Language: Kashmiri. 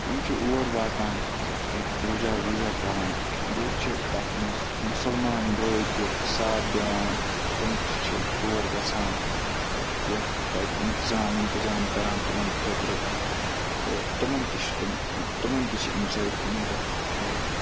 تِم چھِ اور واتان تہٕ اَتہِ پوٗجا ووٗجا کَران بیٚیہِ چھِ تَتھ مَنٛز مُسَلمان بٲے تہٕ ساتھ دِوان تِم تہِ چھِ تور گَژھان کیٛاہ تَتہِ اِنتِظام وِنتِظام کَران تِمَن خٲطرٕ تہٕ تِمَن تہِ چھِ تِم تِمَن تہِ چھِ امہِ سۭتۍ مَدَد مِلان